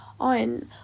On